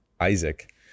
Isaac